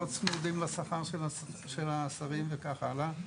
צמודים לשכר של השרים וחברי הכנסת וכך הלאה.